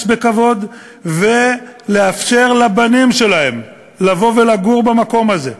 בכבוד ולאפשר לבנים שלהם לבוא ולגור במקום הזה.